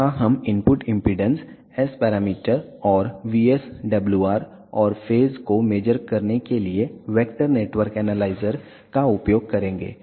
यहां हम input impedance S parameter और VSWRऔर फेज को मेज़र करने के लिए वेक्टर नेटवर्क एनालाइजर का उपयोग करेंगे